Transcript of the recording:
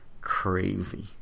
Crazy